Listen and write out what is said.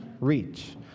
REACH